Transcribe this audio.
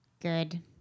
good